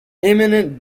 imminent